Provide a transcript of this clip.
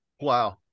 Wow